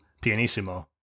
pianissimo